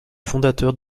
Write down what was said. fondateurs